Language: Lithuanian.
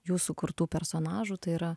jūsų kurtų personažų tai yra